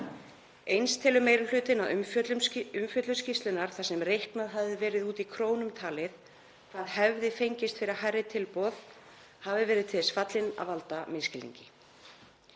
Eins telur meiri hlutinn að umfjöllun skýrslunnar þar sem reiknað hafði verið út í krónum talið hvað hefði fengist fyrir hærri tilboð hafi verið til þess fallin að valda misskilningi,